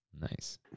Nice